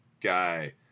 guy